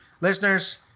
Listeners